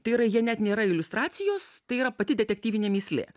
tai yra jie net nėra iliustracijos tai yra pati detektyvinė mįslė